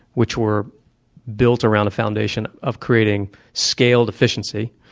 which were built around a foundation of creating scaled efficiency.